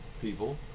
people